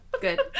Good